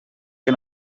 que